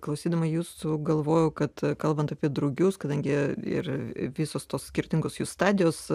klausydama jūsų galvojau kad kalbant apie drugius kadangi ir visos tos skirtingos jų stadijos